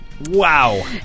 Wow